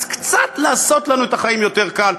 אז קצת לעשות לנו את החיים יותר קל,